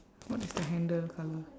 what is the handle colour